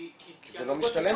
כי --- כי זה לא משתלם כבר.